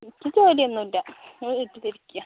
എനിക്ക് ജോലി ഒന്നും ഇല്ല ഞാൻ വീട്ടിൽ ഇരിക്കാ